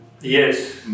yes